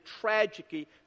tragedy